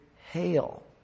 Hail